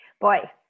Boy